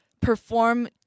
perform